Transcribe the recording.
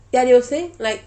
ya you were saying like